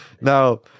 Now